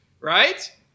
right